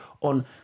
on